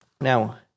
Now